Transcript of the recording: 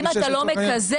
אם אתה לא מקזז.